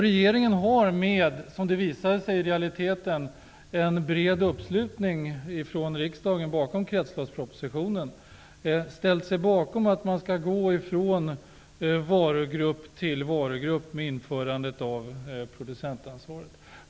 Regeringen har med en, som det visat sig i realiteten, bred uppslutning ifrån riksdagen bakom kretsloppspropositionen gått in för att man för varugrupp efter varugrupp inför producentansvaret.